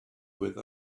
with